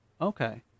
Okay